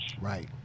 Right